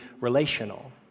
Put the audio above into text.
relational